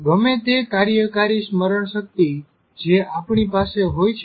ગમે તે કાર્યકારી સ્મરણ શક્તિ જે આપણી પાસે હોઈ છે